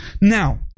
Now